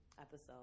episode